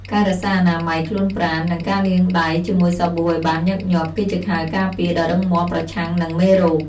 ការរក្សាអនាម័យខ្លួនប្រាណ និងការលាងដៃជាមួយសាប៊ូឱ្យបានញឹកញាប់គឺជាខែលការពារដ៏រឹងមាំប្រឆាំងនឹងមេរោគ។